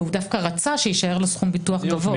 והוא דווקא רצה שיישאר לו סכום ביטוח גבוה.